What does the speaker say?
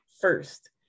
first